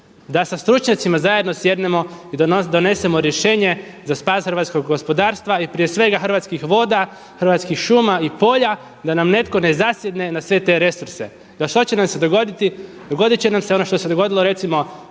da sa stručnjacima zajedno sjednemo i donesemo rješenje za spas hrvatskog gospodarstva i prije svega Hrvatskih voda, Hrvatskih šuma i polja da nam netko ne zasjedne na sve te resurse da što će nam se dogoditi. Dogodit će nam se ono što se dogodilo recimo